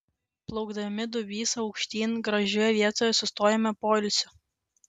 plaukdami dubysa aukštyn gražioje vietoje sustojome poilsio